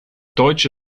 deutsche